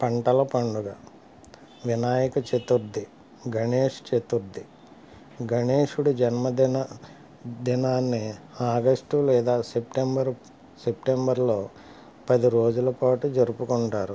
పంటల పండుగ వినాయక చతుర్థి గణేష్ చతుర్థి గణేశుడు జన్మదిన దినాన్ని ఆగష్టు లేదా సెప్టెంబర్ సెప్టెంబర్లో పది రోజుల పాటు జరుపుకుంటారు